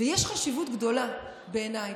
יש חשיבות גדולה בעיניי,